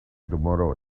tomorrow